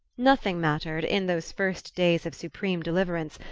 nothing mattered, in those first days of supreme deliverance,